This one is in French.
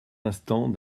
instant